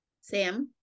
sam